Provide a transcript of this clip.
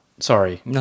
Sorry